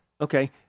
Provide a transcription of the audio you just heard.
Okay